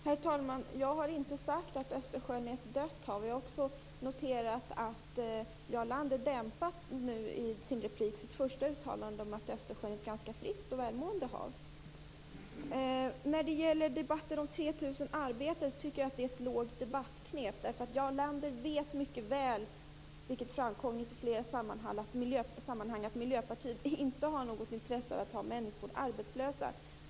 Herr talman! Jag har inte sagt att Östersjön är ett dött hav. Jag noterade också att Jarl Lander nu i sin replik dämpade sitt första uttalande om att Östersjön är ett ganska friskt och välmående hav. Jag tycker att talet om de 3 000 arbetarna är ett lågt debattknep. Jarl Lander vet mycket väl, vilket har framkommit i flera sammanhang, att Miljöpartiet inte har något intresse av att ha människor arbetslösa.